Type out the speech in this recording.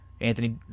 Anthony